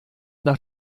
nach